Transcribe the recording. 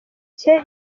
cye